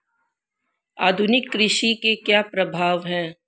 आधुनिक कृषि के क्या प्रभाव हैं?